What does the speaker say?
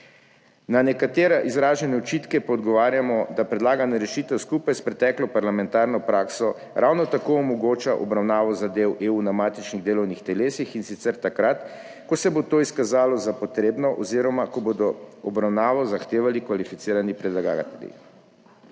Na nekatere izražene očitke pa odgovarjamo, da predlagana rešitev skupaj s preteklo parlamentarno prakso ravno tako omogoča obravnavo zadev EU na matičnih delovnih telesih, in sicer takrat, ko se bo to izkazalo za potrebno oziroma ko bodo obravnavo zahtevali kvalificirani predlagatelji.